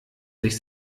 sich